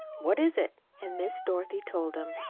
what is it? and miss dorothy told him.